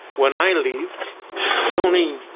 when i leave, the only